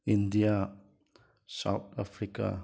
India South Africa